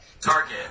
target